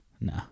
nah